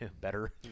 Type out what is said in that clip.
better